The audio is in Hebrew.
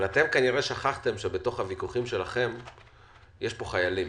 אבל אתם כנראה שכחתם שבתוך הוויכוחים שלכם יש פה חיילים